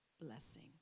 blessing